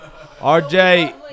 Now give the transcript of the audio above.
RJ